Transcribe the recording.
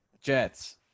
Jets